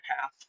path